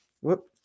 Whoop